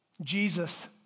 Jesus